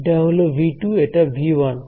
এটা হল V 2 এটা V 1